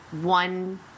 one